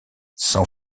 c’en